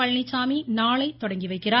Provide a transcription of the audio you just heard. பழனிச்சாமி நாளை தொடங்கி வைக்கிறார்